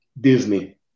Disney